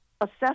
assess